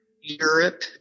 Europe